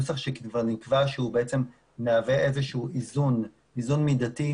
הנוסח שכבר נקבע שהוא מהווה איזשהו איזון מידתי,